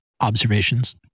observations